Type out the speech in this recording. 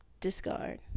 discard